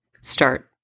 start